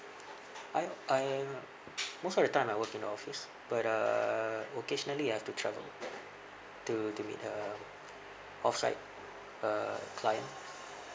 I I most of the time I work in the office but uh occasionally I have to travel to to meet um offsite uh client